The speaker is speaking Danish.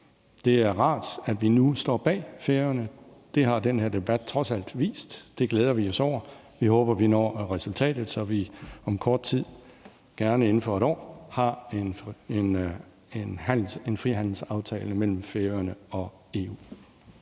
Det er rart, at vi nu står bag Færøerne. Det har den her debat trods alt vist. Det glæder vi os over. Vi håber, vi når resultatet, så vi om kort tid, gerne inden for et år, har en frihandelsaftale mellem Færøerne og EU.